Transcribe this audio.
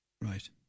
Right